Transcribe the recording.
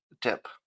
tip